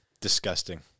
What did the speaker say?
Disgusting